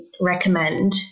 recommend